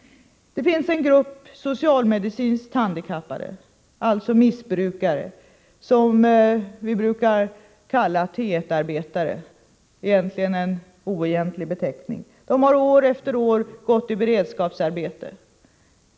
Det finns en grupp socialmedicinskt handikappade, dvs. missbrukare, som vi brukar kalla T 1-arbetare — vilket är en oegentlig beteckning. De har år efter år gått i beredskapsarbeten.